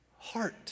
heart